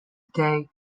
day